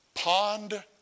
Pond